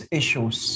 issues